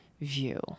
view